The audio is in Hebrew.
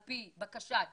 על פי בקשת